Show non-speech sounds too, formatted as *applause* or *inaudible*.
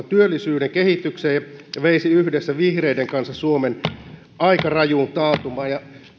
*unintelligible* työllisyyden kehityksen tässä maassa ja veisi yhdessä vihreiden kanssa suomen aika rajuun taantumaan